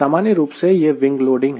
सामान्य रूप से यह विंग लोडिंग है